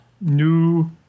new